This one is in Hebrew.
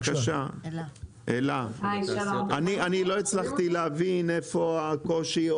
אלה.ש לא הצלחתי להבין איפה הקושי,